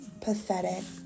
pathetic